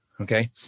Okay